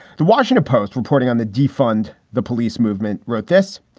the washington post reporting on the defund the police movement wrote this.